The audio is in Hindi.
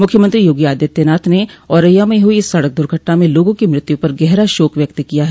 मुख्यमंत्री योगी आदित्यनाथ ने औरैया में हुई इस सड़क दुर्घटना में आठ लोगों की मृत्यु पर गहरा शोक व्यक्त किया है